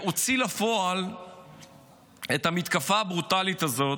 והוציא לפועל את המתקפה הברוטלית הזאת,